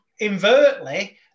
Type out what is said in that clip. invertly